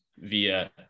via